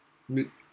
make